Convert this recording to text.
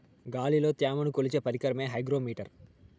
గాలిలో త్యమను కొలిచే పరికరమే హైగ్రో మిటర్